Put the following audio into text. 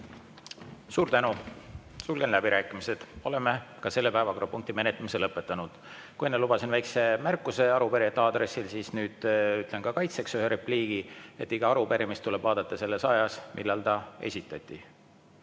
Suur tänu! Sulgen läbirääkimised. Oleme ka selle päevakorrapunkti menetlemise lõpetanud. Kui enne lubasin väikese märkuse arupärijate aadressil, siis nüüd ütlen ka kaitseks ühe repliigi: iga arupärimist tuleb vaadata selles ajas, millal see esitati.